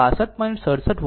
67 volt